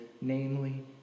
namely